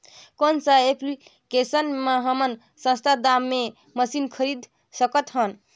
कौन सा एप्लिकेशन मे हमन सस्ता दाम मे मशीन खरीद सकत हन?